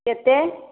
कतेक